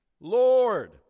Lord